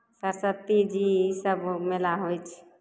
सरस्वती जी ईसब मेला होइ छै